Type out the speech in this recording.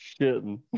shitting